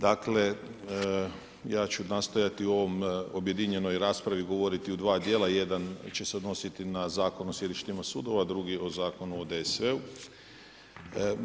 Dakle, ja ću nastojati u ovoj objedinjenoj raspravi, govoriti u 2 dijela, jedan će se odnositi na Zakon o sjedištima sudovima, drugi o Zakonima o DSV-u.